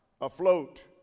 afloat